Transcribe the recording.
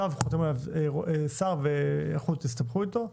על הצו חותם שר, ולכו תסתבכו איתו,